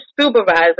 supervisor